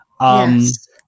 Yes